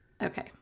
Okay